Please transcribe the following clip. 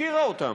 הפקירה אותם: